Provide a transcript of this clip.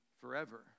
forever